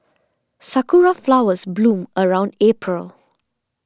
sakura flowers bloom around April